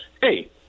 Hey